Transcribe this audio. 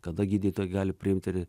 kada gydytojai gali priimti